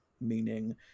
meaning